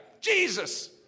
Jesus